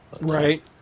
Right